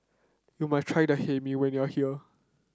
you must try the Hae Mee when you are here